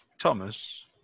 Thomas